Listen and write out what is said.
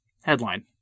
headline